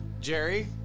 jerry